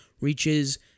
reaches